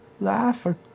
laugh or